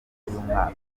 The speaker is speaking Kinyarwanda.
y’umwaka